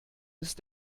ist